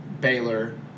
Baylor